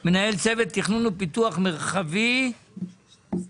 אתה מנהל צוות תכנון ופיתוח מרחבי, כן?